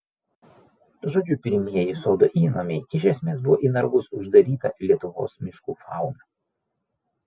žodžiu pirmieji sodo įnamiai iš esmės buvo į narvus uždaryta lietuvos miškų fauna